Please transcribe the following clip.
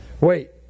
Wait